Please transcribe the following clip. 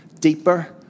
deeper